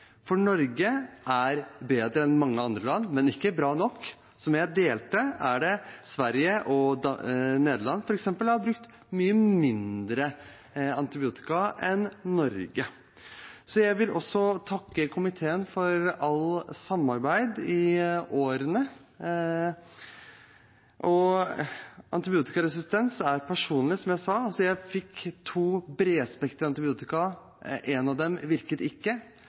Norge. Norge er bedre enn mange andre land, men ikke bra nok. Som jeg sa, har f.eks. Sverige og Nederland brukt mye mindre antibiotika enn Norge. Jeg vil også takke komiteen for alt samarbeid gjennom årene. Temaet antibiotikaresistens er personlig, som jeg sa. Jeg fikk to bredspektrede antibiotika. Ett av dem virket ikke,